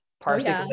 partially